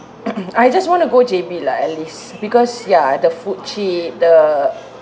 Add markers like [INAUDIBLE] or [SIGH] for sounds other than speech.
[COUGHS] I just want to go J_B lah at least because ya the food cheap the